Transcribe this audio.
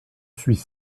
suis